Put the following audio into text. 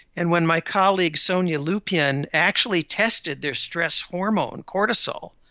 and when my colleague sonia lupien actually tested their stress hormone, cortisol,